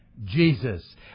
Jesus